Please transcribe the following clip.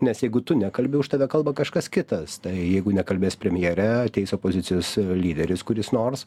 nes jeigu tu nekalbi už tave kalba kažkas kitas tai jeigu nekalbės premjerė ateis opozicijos lyderis kuris nors